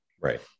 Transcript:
Right